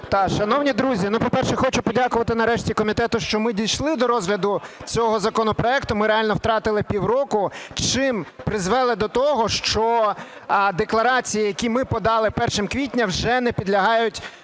Шановні друзі. По-перше, хочу подякувати нарешті комітету, що ми дійшли до розгляду цього законопроекту, ми реально втратили півроку, чим призвели до того, що декларації, які ми подали 1 квітня, вже не підлягають